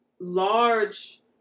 large